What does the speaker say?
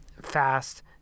fast